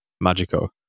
Magico